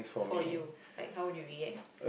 for you like how would you react